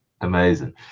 Amazing